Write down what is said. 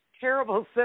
terrible